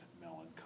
melancholy